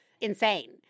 insane